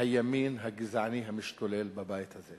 הימין הגזעני המשתולל בבית הזה.